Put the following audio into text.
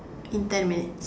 in ten minutes